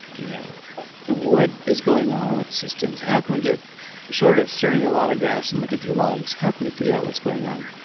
you know what is going on with the systems? how can we get sort of stirring a lot of graphs and looking through logs? how can we figure out what's going on?